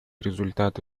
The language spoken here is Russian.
результаты